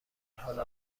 حال